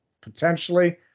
potentially